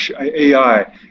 AI